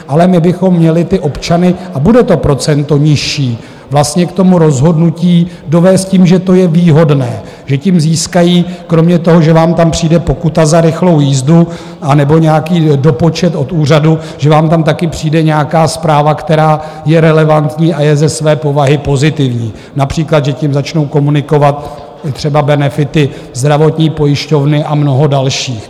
Ale my bychom měli ty občany a bude to procento nižší vlastně k tomu rozhodnutí dovést tím, že to je výhodné, že tím získají kromě toho, že vám tam přijde pokuta za rychlou jízdu anebo nějaký dopočet od úřadu, že vám tam taky přijde nějaká zpráva, která je relevantní a je ze své povahy pozitivní, například že tím začnou komunikovat třeba benefity zdravotní pojišťovny a mnoho dalších.